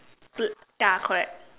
bl~ ya correct